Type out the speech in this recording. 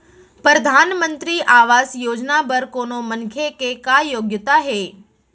परधानमंतरी आवास योजना बर कोनो मनखे के का योग्यता हे?